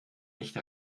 nicht